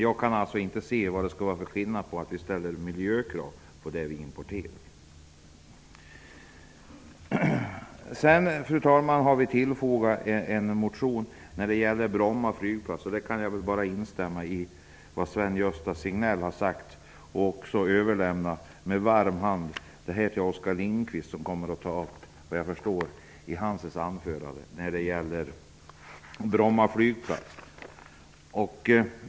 Jag kan alltså inte förstå att det skall behöva finnas en skillnad här, dvs. att vi skall ställa högre miljökrav på importen. I den andra motionen tar vi upp frågan om Bromma flygplats. Jag instämmer i vad Sven-Gösta Signell har sagt. Vidare överlämnar jag med varm hand de handlingar som jag här har med mig till Oskar Lindkvist. Såvitt jag förstår kommer Oskar Lindkvist i sitt anförande att tala om Bromma flygplats. Fru talman!